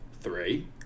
three